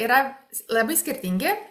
yra labai skirtingi